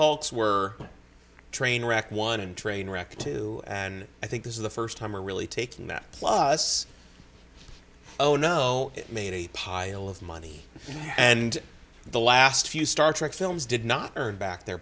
halts were train wreck one and train wreck two and i think this is the first time are really taking that plus oh no it made a pile of money and the last few star trek films did not earn back their